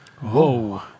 Whoa